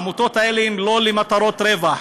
העמותות האלה הן לא למטרות רווח.